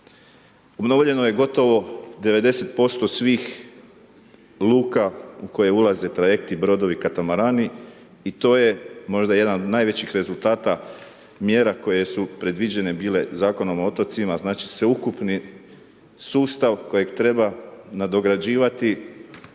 Obnovljeno je gotovo 90% svih luka u koje ulaze trajekti, brodovi, katamarani i to je možda jedan od najvećih rezultata, mjera koje su predviđene bile Zakonom o otocima, znači sveukupni sustav kojeg treba nadograđivati